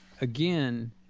again